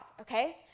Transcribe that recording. okay